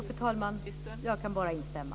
Fru talman! Jag kan bara instämma.